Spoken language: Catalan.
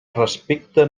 respecte